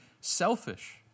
selfish